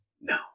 No